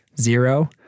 zero